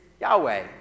Yahweh